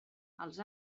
els